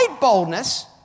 boldness